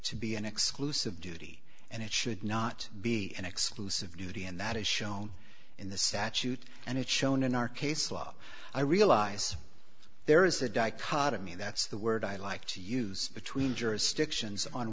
to be an exclusive duty and it should not be an exclusive duty and that is shown in the satchel and it shown in our case law i realize there is a dichotomy that's the word i like to use between jurisdictions on